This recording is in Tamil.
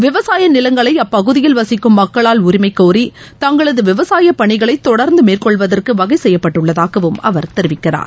விவசாய நிலங்களை அப்பகுதியில் வசிக்கும் மக்களால் உரிமைகோரி தங்களது விவசாய பனிகளை தொடர்ந்து மேற்கொள்வதற்கு வகை செய்யப்பட்டுள்ளதாகவும் அவர் தெரிவிக்கிறார்